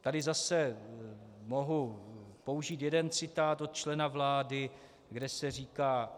Tady zase mohu použít jeden citát člena vlády, kde se říká: